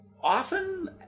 often